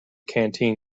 canteen